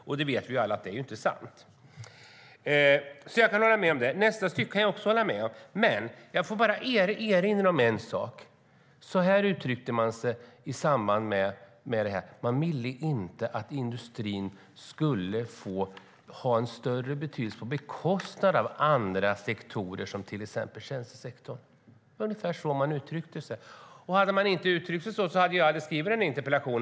Vi vet alla att det inte är sant. Jag kan alltså hålla med om det första stycket. Nästa stycke kan jag också hålla med om. Låt mig bara erinra om en sak. Så här uttryckte regeringen sig i samband med överläggningarna: Man ville inte att industrin skulle få en större betydelse på bekostnad av andra sektorer, till exempel tjänstesektorn. Det var ungefär så regeringen uttryckte sig. Om man inte hade gjort det skulle jag aldrig ha skrivit interpellationen.